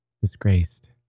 disgraced